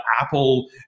Apple